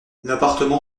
l’appartement